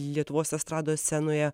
lietuvos estrados scenoje